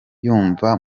yumva